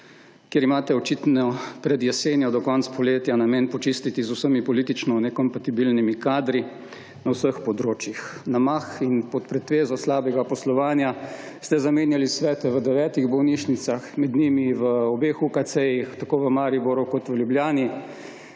kjer imate očitno pred jesenjo do konca poletja namen počistiti z vsemi politično nekompatibilnimi kadri na vseh področjih. Na mah in pod pretvezo slabega poslovanja ste zamenjali svete v devetih bolnišnicah, med njimi v obeh UKC-jih, tako v Mariboru, kot v Ljubljani,